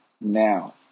Now